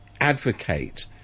advocate